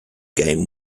game